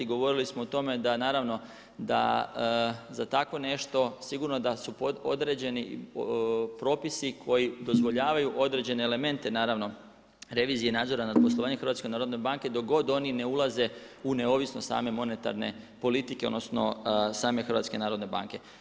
Govorili smo o tome da naravno, da za tako nešto, sigurno da su određeni propisi koji dozvoljavaju određene elemente naravno, revizije i nadzora nad poslovanje HNB, dok god oni ne ulaze u neovisnost same monetarne politike, odnosno, same HNB.